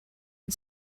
and